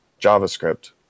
JavaScript